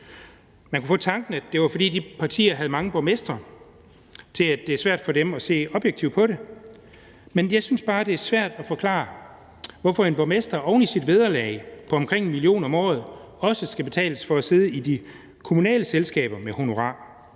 Man kunne få tanken, at det er, fordi de partier har mange borgmestre, så det er svært for dem at se objektivt på det. Jeg synes bare, det er svært at forklare, hvorfor en borgmester oven i sit vederlag på omkring 1 mio. kr. om året også skal betales et honorar for at sidde i de kommunale selskaber. Det er